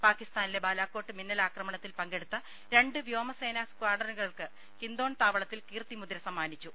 പാക്കിസ്ഥാനിലെ ബാലാക്കോട്ട് മിന്നലാക്രമണത്തിൽ പങ്കെ ടുത്ത രണ്ട് വ്യോമസ്നോ സ്കാഡ്രനുകൾക്ക് ഹിന്തോൺ താവ ളത്തിൽ കീർത്തി മുദ്ര സമ്മാനിച്ചു